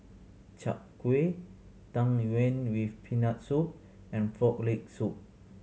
Chai Kuih Tang Yuen with Peanut Soup and Frog Leg Soup